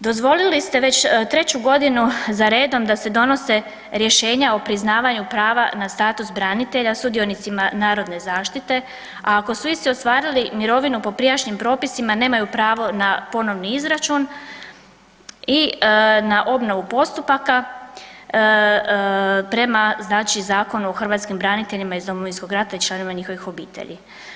Dozvolili ste već treću godinu za redom da se donose rješenja o priznavanju prava na status branitelja sudionicima Narodne zaštite, a ako su isti ostvarili mirovinu po prijašnjim propisima nemaju pravo na ponovni izračun i na obnovu postupaka prema znači Zakonu o hrvatskim braniteljima iz Domovinskog rata i članova njihovih obitelji.